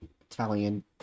Italian